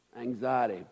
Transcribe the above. anxiety